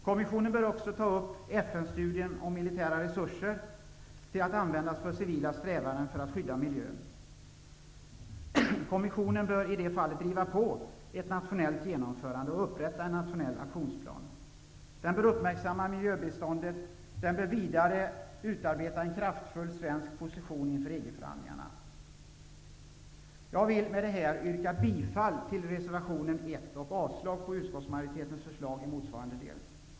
Kommissionen bör också ta upp FN-studien om möjligheten att använda militära resurser i civila strävanden för att skydda miljön. Kommissionen bör i det fallet driva på ett nationellt genomförande och upprätta en nationell aktionsplan. Den bör uppmärksamma miljöbiståndet, och den bör vidare utarbeta en kraftfull svensk position inför EG Jag vill med detta yrka bifall till reservation 1 och avslag på utskottsmajoritetens förslag i motsvarande del.